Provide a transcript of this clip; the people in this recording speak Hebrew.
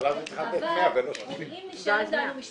אבל אם נשארת לנו משפחה,